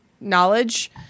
knowledge